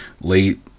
late